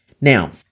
Now